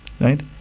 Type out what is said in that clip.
right